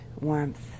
warmth